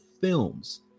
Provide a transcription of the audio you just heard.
films